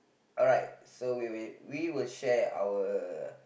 alright so we will we will share our